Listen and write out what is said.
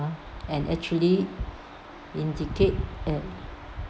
and actually indicate that